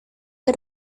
que